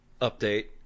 update